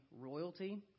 royalty